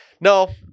No